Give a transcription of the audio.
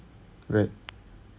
right